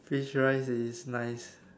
fish rice is nice